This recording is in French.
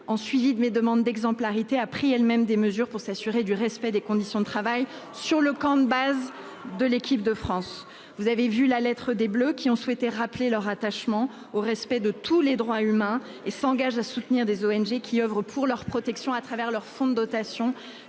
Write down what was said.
en suivi de mes demandes d'exemplarité, a pris elle-même des mesures pour s'assurer du respect des conditions de travail sur le camp de base de l'équipe de France. Ce n'est pas possible, ça ! Vous avez vu la lettre des Bleus qui ont souhaité rappeler leur attachement au respect de tous les droits humains et s'engagent à soutenir des ONG qui oeuvrent pour leur protection au travers de leurs fonds de dotation